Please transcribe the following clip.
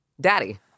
Daddy